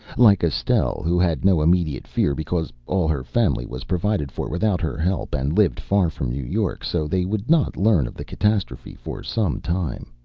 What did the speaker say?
like estelle, who had no immediate fear because all her family was provided for without her help and lived far from new york, so they would not learn of the catastrophe for some time.